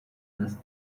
last